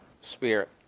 spirit